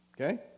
okay